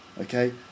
Okay